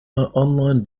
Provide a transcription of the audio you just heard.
online